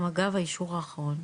גם אגב האישור האחרון,